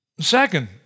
Second